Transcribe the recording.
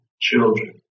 children